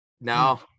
No